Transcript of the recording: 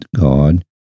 God